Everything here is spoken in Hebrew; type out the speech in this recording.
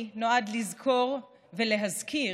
נועד לזכור ולהזכיר,